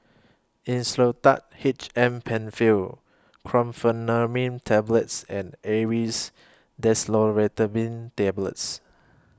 Insulatard H M PenFill Chlorpheniramine Tablets and Aerius Desloratadine Tablets